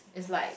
is like